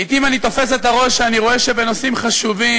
לעתים אני תופס את הראש כשאני רואה שבנושאים חשובים,